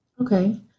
okay